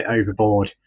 overboard